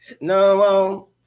No